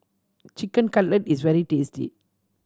Chicken Cutlet is very tasty